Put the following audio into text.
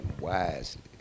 wisely